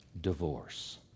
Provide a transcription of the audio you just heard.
Divorce